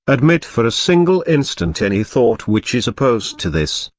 admit for a single instant any thought which is opposed to this,